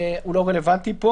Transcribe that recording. שלא רלוונטי פה.